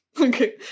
Okay